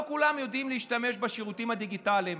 לא כולם יודעים להשתמש בשירותים הדיגיטליים.